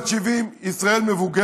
ישראל בת 70. ישראל מבוגרת,